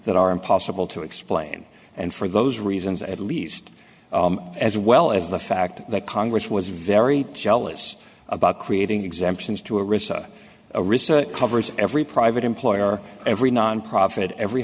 that are impossible to explain and for those reasons at least as well as the fact that congress was very jealous about creating exemptions to a risk a risk covers every private employer every nonprofit every